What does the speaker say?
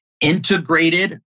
Integrated